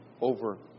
over